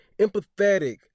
empathetic